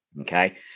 okay